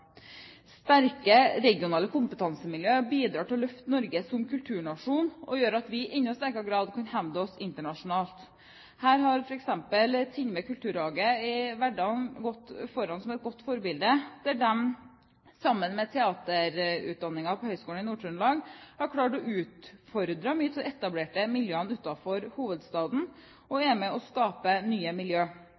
Sterke regionale kompetansemiljø bidrar til å løfte Norge som kulturnasjon og gjør at vi i enda sterkere grad kan hevde oss internasjonalt. Her har f.eks. Tindved Kulturhage i Verdal gått foran som et godt eksempel når de, sammen med teaterutdanningen ved Høgskolen i Nord-Trøndelag, har klart å utfordre mange av de etablerte miljøene utenfor hovedstaden og er med på å skape nye miljø.